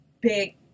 big